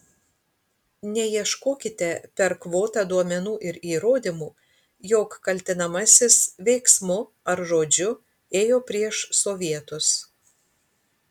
neieškokite per kvotą duomenų ir įrodymų jog kaltinamasis veiksmu ar žodžiu ėjo prieš sovietus